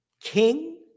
King